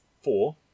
four